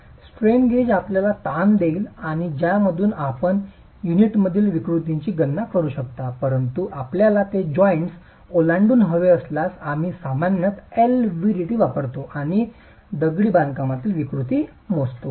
strain gauge आम्हाला ताण देईल आणि ज्यामधून आपण युनिटमधील विकृतींची गणना करू शकता परंतु आपल्याला ते जॉइंट ओलांडून हवे असल्यास आम्ही सामान्यत एलव्हीडीटी वापरतो आणि दगडी बांधकामातील विकृती मोजतो